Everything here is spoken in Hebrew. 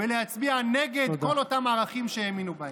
ולהצביע נגד כל אותם ערכים שהם האמינו בהם.